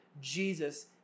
Jesus